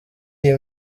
iyi